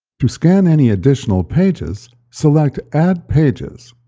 to scan any additional pages, select add pages.